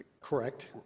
Correct